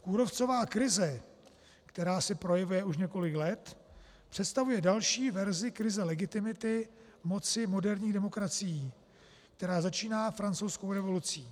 Kůrovcová krize, která se projevuje už několik let, představuje další verzi krize legitimity v moci moderních demokracií, která začíná Francouzskou revolucí.